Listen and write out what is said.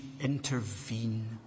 intervene